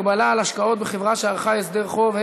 הגבלה על השקעות בחברה שערכה הסדר חוב),